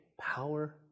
power